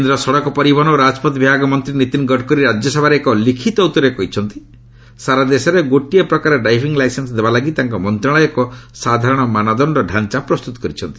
କେନ୍ଦ୍ର ସଡ଼କ ପରିବହନ ଓ ରାଜପଥ ବିଭାଗ ମନ୍ତ୍ରୀ ନୀତିନ ଗଡକରୀ ରାଜ୍ୟସଭାରେ ଏକ ଲିଖିତ ଉତ୍ତରରେ କହିଛନ୍ତି ସାରା ଦେଶରେ ଗୋଟିଏ ପ୍ରକାର ଡ୍ରାଇଭିଂ ଲାଇସେନ୍ସ ଦେବାଲାଗି ତାଙ୍କ ମନ୍ତ୍ରଣାଳୟ ଏକ ସାଧାରଣ ମାନଦଣ୍ଡ ଡ଼ାଞ୍ଚା ପ୍ରସ୍ତୁତ କରିଛନ୍ତି